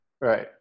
Right